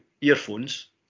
earphones